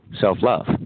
Self-love